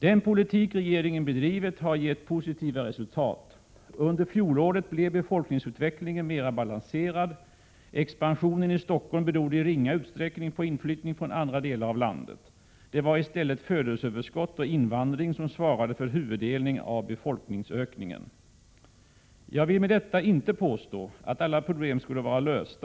Den politik regeringen bedrivit har gett positiva resultat. Under fjolåret blev befolkningsutvecklingen mera balanserad. Expansionen i Stockholm berodde i ringa utsträckning på inflyttning från andra delar av landet. Det var i stället födelseöverskott och invandring som svarade för huvuddelen av befolkningsökningen. Jag vill med detta inte påstå att alla problem skulle vara lösta. Däremot Prot.